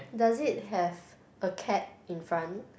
does it have a cat in front